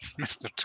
Mr